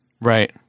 Right